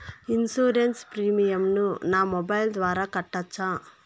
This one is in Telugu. ఇన్సూరెన్సు ప్రీమియం ను నా మొబైల్ ద్వారా కట్టొచ్చా?